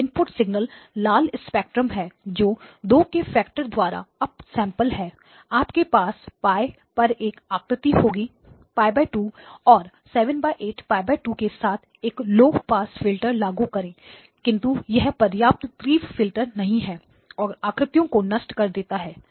input signal लाल spectrum है जो 2 के फैक्टर द्वारा अप सैंपल है आपके पास π पर एक आकृति होगी π2 और 78π2 के साथ एक लौ पास फ़िल्टर लागू करें किंतु यह पर्याप्त तीव्र फिल्टर नहीं है और आकृतियों को नष्ट कर देगा